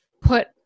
put